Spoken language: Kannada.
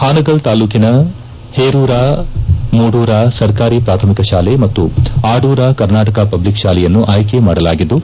ಹಾನಗಲ್ ತಾಲ್ಲೂಕಿನ ಹೇರೂರ ಮೂಡೂರ ಸರ್ಕಾರಿ ಪ್ರಾಥಮಿಕ ಶಾಲೆ ಮತ್ತು ಆಡೂರ ಕರ್ನಾಟಕ ಪಬ್ಲಕ್ ತಾಲೆಯನ್ನು ಆಯ್ಲೆ ಮಾಡಲಾಗಿದ್ದು